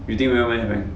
you think when will have